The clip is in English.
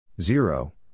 zero